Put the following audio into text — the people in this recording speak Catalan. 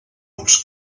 els